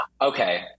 Okay